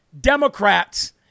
Democrats